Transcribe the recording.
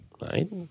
Right